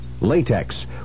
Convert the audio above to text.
Latex